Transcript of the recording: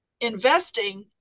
Investing